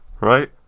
right